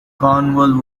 cornwall